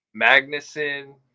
Magnussen